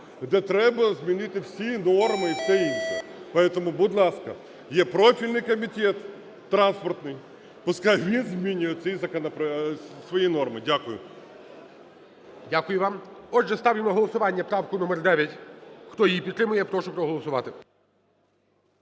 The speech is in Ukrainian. де треба змінити всі норми і все інше. Поэтому, будь ласка, є профільний комітет - транспортний, пускай він змінює цей… свої норми. Дякую. ГОЛОВУЮЧИЙ. Дякую вам. Отже, ставлю на голосування правку номер 9. Хто її підтримує, прошу проголосувати.